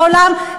בעולם,